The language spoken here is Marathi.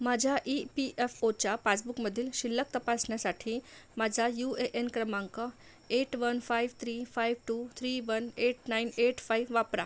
माझ्या ई पी एफ ओच्या पासबुकमधील शिल्लक तपासण्यासाठी माझा यू ए एन क्रमांक eight one five three five two three one eight nine eight five वापरा